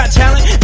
talent